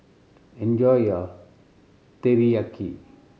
enjoy your Teriyaki